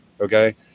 okay